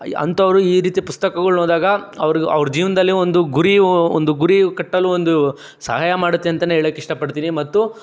high ಅಂತವರು ಈ ರೀತಿ ಪುಸ್ತಕಗುಳ್ನ ಓದಿದಾಗ ಅವರು ಅವ್ರ ಜೀವನದಲ್ಲಿ ಒಂದು ಗುರಿ ಹೋ ಒಂದು ಗುರಿ ಕಟ್ಟಲು ಒಂದು ಸಹಾಯ ಮಾಡುತ್ತೆ ಅಂತನೆ ಹೇಳಕ್ಕೆ ಇಷ್ಟಪಡ್ತೀನಿ ಮತ್ತು